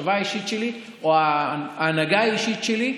המחשבה האישית שלי או ההנהגה האישית שלי,